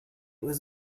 was